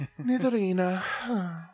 Nidorina